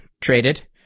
traded